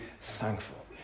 thankful